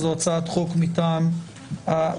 זאת הצעת חוק מטעם הוועדה,